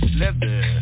leather